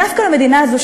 דווקא למדינה הזאת,